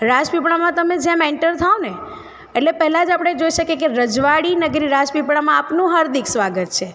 રાજપીપળામાં જેમ તમે એન્ટર થાઓને એટલે પહેલા જ આપણે જોઈ શકીએ કે રજવાળી નગરી રાજપીપળામાં આપનું હાર્દિક સ્વાગત છે